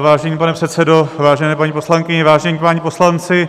Vážený pane předsedo, vážené paní poslankyně, vážení páni poslanci,